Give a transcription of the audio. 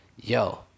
yo